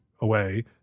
away